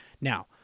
Now